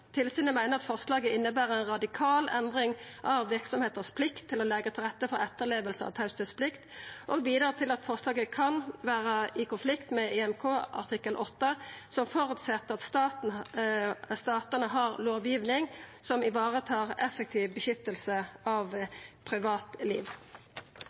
Tilsynet meiner at forslaget inneber ei radikal endring av verksemders plikt til å leggja til rette for etterleving av teieplikt og bidrar til at forslaget kan vera i konflikt med EMK artikkel 8, som føreset at statane har lovgiving som varetar effektiv beskyttelse av